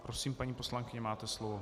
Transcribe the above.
Prosím, paní poslankyně, máte slovo.